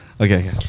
okay